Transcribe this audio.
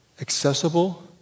Accessible